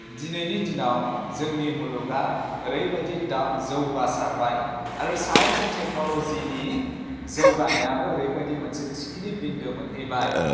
दिनैनि दिनाव जोंनि मुलुगा ओरैबायदि जौगासारबाय आरो साइन्स एन्ड टेक्न'ल'जिनि जौगानायाबो औरैबायदि मोनसे थिखिनि बिन्दो मोनहैबाय